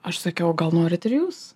aš sakiau gal norit ir jūs